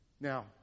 Now